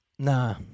Nah